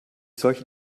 solche